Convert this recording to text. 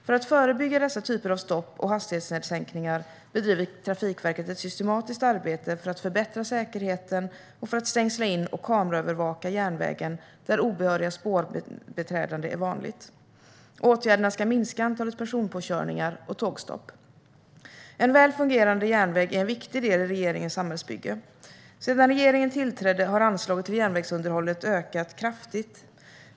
För att förebygga dessa typer av stopp och hastighetssänkningar bedriver Trafikverket ett systematiskt arbete för att förbättra säker-heten, exempelvis genom att stängsla in och kameraövervaka järnvägen där obehörigt spårbeträdande är vanligt. Åtgärderna ska minska antalet personpåkörningar och tågstopp. En väl fungerande järnväg är en viktig del i regeringens samhällsbygge. Sedan regeringen tillträdde har anslaget till järnvägsunderhållet ökat kraftigt.